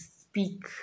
speak